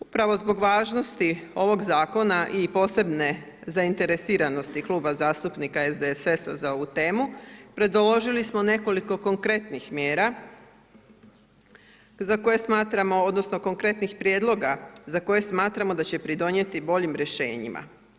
Upravo zbog važnosti ovog Zakona i posebne zainteresiranosti Kluba zastupnika SDSS-a za ovu temu, predložili smo nekoliko konkretnih mjera za koje smatramo, odnosno konkretnih prijedloga za koje smatramo da će pridonijeti boljim rješenjima.